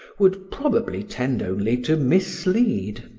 would probably tend only to mislead.